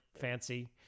fancy